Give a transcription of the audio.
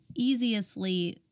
easiestly